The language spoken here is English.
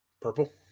purple